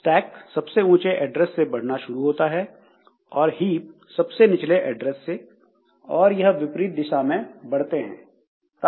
stack सबसे ऊंचे address से बढ़ना शुरू होता है और हीप सबसे निचले एड्रेस से और यह विपरीत दिशा में बढ़ते हैं